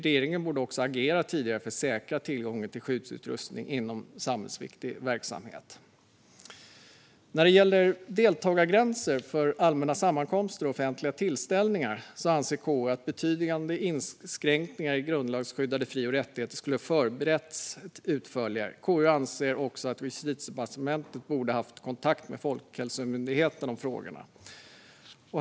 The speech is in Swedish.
Regeringen borde också ha agerat tidigare för att säkra tillgången till skyddsutrustning inom samhällsviktig verksamhet. När det gäller deltagargränser för allmänna sammankomster och offentliga tillställningar anser KU att betydande inskränkningar i grundlagsskyddade fri och rättigheter skulle ha förberetts utförligare. KU anser också att Justitiedepartementet borde ha haft kontakt med Folkhälsomyndigheten om frågorna.